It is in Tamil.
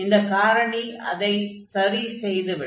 இந்த காரணி அதைச் சரி செய்துவிடும்